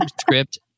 script